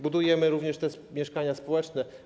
Budujemy również te mieszkania społeczne.